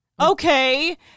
Okay